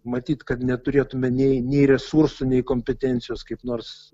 matyt kad neturėtume nei nei resursų nei kompetencijos kaip nors